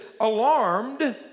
alarmed